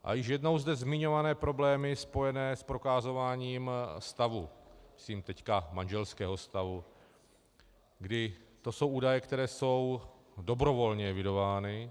A již jednou zde zmiňované problémy spojené s prokazováním stavu, myslím teď manželského stavu, kdy to jsou údaje, které jsou dobrovolně evidovány.